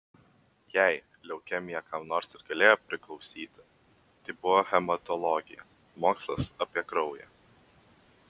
jei leukemija kam nors ir galėjo priklausyti tai buvo hematologija mokslas apie kraują